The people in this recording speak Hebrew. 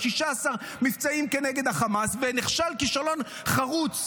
16 מבצעים נגד החמאס ונכשל כישלון חרוץ